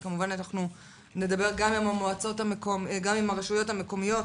וכמובן נדבר גם עם הרשויות המקומיות